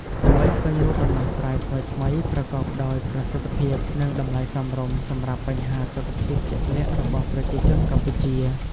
ដើម្បីស្វែងរកដំណោះស្រាយថ្មីៗ ប្រកបដោយប្រសិទ្ធភាព និងតម្លៃសមរម្យសម្រាប់បញ្ហាសុខភាពជាក់លាក់របស់ប្រជាជនកម្ពុជា។